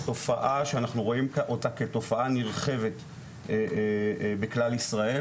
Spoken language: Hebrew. זו תופעה שאנחנו רואים אותה כתופעה נרחבת בכלל ישראל